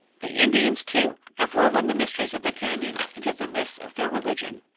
the indians, too, have woven the mysteries of the canyons into the myths of their religion.